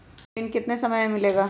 यह ऋण कितने समय मे मिलेगा?